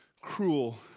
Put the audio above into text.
cruel